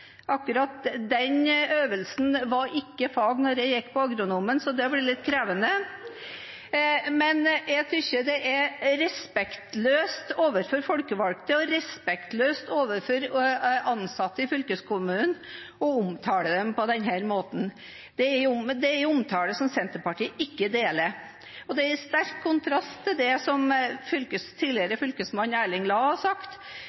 akkurat den øvelsen var ikke fag da jeg gikk på agronomen, så det blir litt krevende. Jeg synes det er respektløst overfor folkevalgte og respektløst overfor ansatte i fylkeskommunen å omtale dem på denne måten. Det er en omtale som Senterpartiet ikke støtter. Det er i sterk kontrast til det som tidligere fylkesmann Erling Lae har sagt,